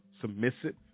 submissive